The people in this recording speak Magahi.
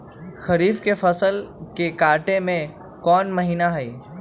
खरीफ के फसल के कटे के कोंन महिना हई?